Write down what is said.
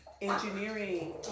engineering